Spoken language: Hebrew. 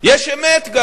יש גם אמת.